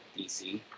dc